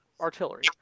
artillery